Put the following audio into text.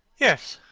yes,